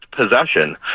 possession